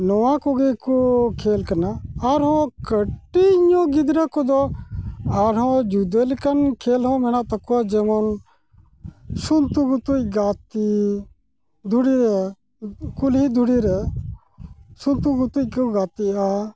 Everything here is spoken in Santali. ᱱᱚᱣᱟ ᱠᱚᱜᱮᱠᱚ ᱠᱷᱮᱞ ᱠᱟᱱᱟ ᱟᱨᱦᱚᱸ ᱠᱟᱹᱴᱤᱡᱧᱚᱜ ᱜᱤᱫᱽᱨᱟᱹ ᱠᱚᱫᱚ ᱟᱨᱦᱚᱸ ᱡᱩᱫᱟᱹ ᱞᱮᱠᱟᱱ ᱠᱷᱮᱞᱦᱚᱸ ᱢᱮᱱᱟᱜ ᱛᱟᱠᱚᱣᱟ ᱡᱮᱢᱚᱱ ᱥᱩᱱᱛᱩᱜᱩᱛᱩᱡ ᱜᱟᱛᱮ ᱫᱷᱩᱲᱤᱨᱮ ᱠᱩᱞᱦᱤ ᱫᱷᱩᱲᱤᱨᱮ ᱥᱩᱱᱛᱩᱜᱩᱛᱩᱡ ᱠᱚ ᱜᱟᱛᱮᱜᱼᱟ